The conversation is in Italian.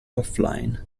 offline